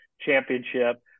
championship